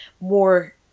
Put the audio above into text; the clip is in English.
more